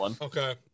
Okay